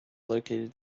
located